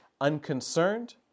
unconcerned